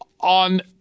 On